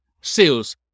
sales